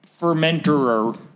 fermenter